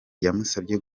yamusabye